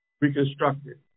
reconstructed